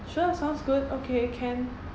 sure sounds good okay can